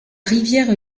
rivière